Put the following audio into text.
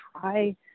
try